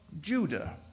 Judah